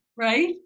right